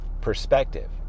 perspective